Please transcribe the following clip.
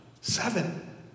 seven